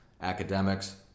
academics